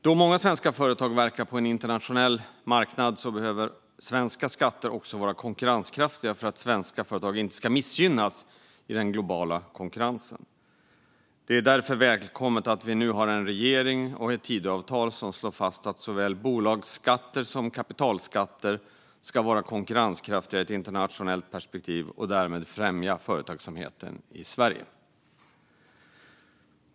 Då många svenska företag verkar på en internationell marknad behöver svenska skatter också vara konkurrenskraftiga för att svenska företag inte ska missgynnas i den globala konkurrensen. Det är därför välkommet att vi nu har en regering och ett Tidöavtal som slår fast att såväl bolagsskatter som kapitalskatter ska vara konkurrenskraftiga i ett internationellt perspektiv och därmed främja företagsamheten i Sverige.